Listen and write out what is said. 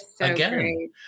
again